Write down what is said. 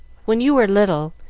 when you were little,